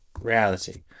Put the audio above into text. reality